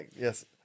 Yes